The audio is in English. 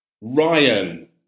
Ryan